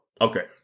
okay